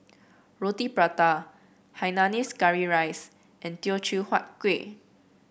Roti Prata Hainanese Curry Rice and Teochew Huat Kueh